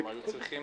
היו צריכים